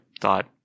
thought